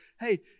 hey